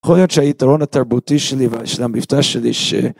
יכול להיות שהיתרון התרבותי שלי ושל המבטא שלי ש...